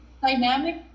dynamic